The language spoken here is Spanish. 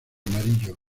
amarillo